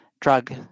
drug